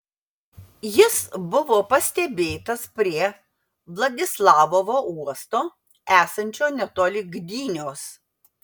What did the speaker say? jis buvo pastebėtas prie vladislavovo uosto esančio netoli gdynios